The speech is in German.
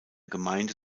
gemeinde